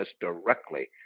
directly